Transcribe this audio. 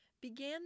began